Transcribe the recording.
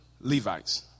Levites